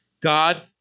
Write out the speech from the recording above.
God